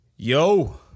yo